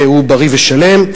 והוא בריא ושלם.